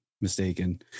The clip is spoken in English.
mistaken